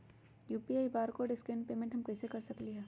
UPI barcode scan payment हम कईसे कर सकली ह?